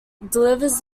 delivers